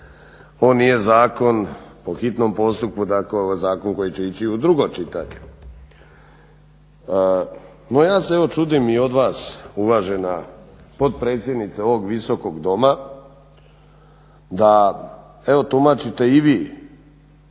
ovo nije zakon po hitnom postupku, dakle ovo je zakon koji će ići u drugo čitanje. No ja se čudim i od vas uvažena potpredsjednice ovog Visokog doma da evo tumačite i vi